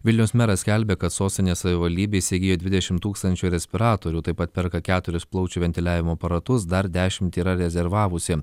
vilniaus meras skelbia kad sostinės savivaldybė įsigijo dvidešimt tūkstančių respiratorių taip pat perka keturis plaučių ventiliavimo aparatus dar dešimt yra rezervavusi